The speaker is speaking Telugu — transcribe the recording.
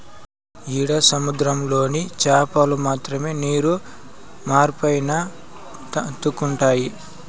ఈడ సముద్రంలోని చాపలు మాత్రమే నీరు మార్పైనా తట్టుకుంటాయి